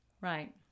Right